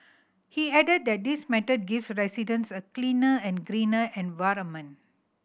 he added that this method gives residents a cleaner and greener environment